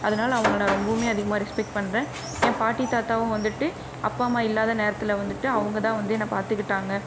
அதனால் அவங்கள நான் ரொம்பவுமே அதிகமாக ரெஸ்பெக்ட் பண்ணுறேன் என் பாட்டி தாத்தாவும் வந்துட்டு அப்பா அம்மா இல்லாத நேரத்தில் வந்துட்டு அவங்க தான் வந்து என்னை பார்த்துக்கிட்டாங்க